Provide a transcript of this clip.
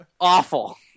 Awful